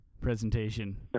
presentation